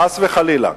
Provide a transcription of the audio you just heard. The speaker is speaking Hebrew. חס וחלילה.